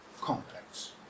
complex